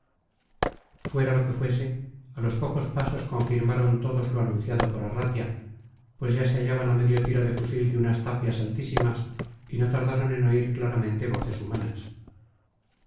fuera lo que fuese a los pocos pasos confirmaron todos lo anunciado por arratia pues ya se hallaban a medio tiro de fusil de unas tapias altísimas y no tardaron en oír claramente voces humanas